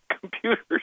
computers